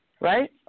Right